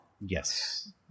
Yes